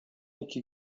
iki